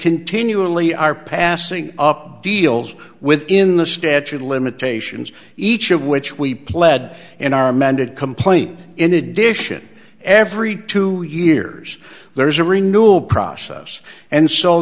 continually are passing up deals within the statute of limitations each of which we pled in our amended complaint in addition every two years there is a renewal process and so